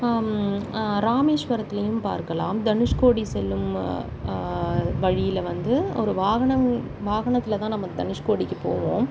ராமேஸ்வரத்திலையும் பார்க்கலாம் தனுஷ்கோடி செல்லும் வழியில் வந்து ஒரு வாகனம் வாகனத்தில் தான் நம்ம தனுஷ்கோடிக்கு போவோம்